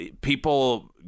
people